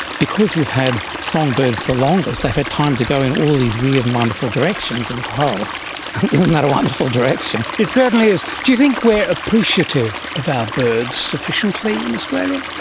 because we've had songbirds the longest, they've had time to go in all these weird and wonderful directions. and isn't that a wonderful direction! it certainly is. do you think we are appreciative of our birds sufficiently in australia?